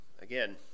again